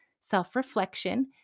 self-reflection